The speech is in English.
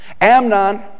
Amnon